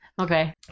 Okay